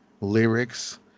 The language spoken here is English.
lyrics